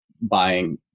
buying